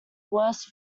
worst